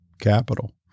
capital